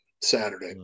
Saturday